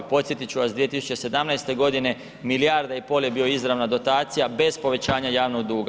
Podsjetiti ću vas 2017. godine milijarda i pol je bio izravna dotacija bez povećanja javnog duga.